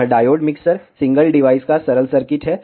यह diode mixer single device का सरल सर्किट है